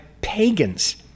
pagans